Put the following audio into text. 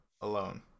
alone